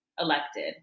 Elected